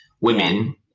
women